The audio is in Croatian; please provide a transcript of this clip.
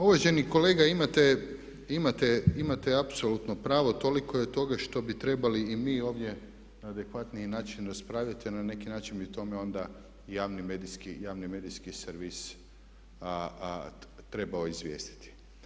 Pa uvaženi kolega imate apsolutno pravo, toliko je toga što bi trebali i mi ovdje na adekvatniji način raspravljati a na neki način bi o tome onda i javni medijski servis trebao izvijestiti.